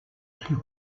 plus